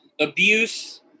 abuse